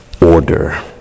order